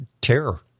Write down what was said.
Terror